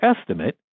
estimate